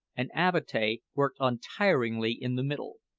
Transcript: and avatea worked untiringly in the middle.